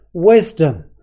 wisdom